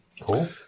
Cool